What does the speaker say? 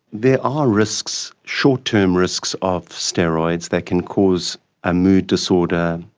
there are risks, short-term risks of steroids. they can cause a mood disorder,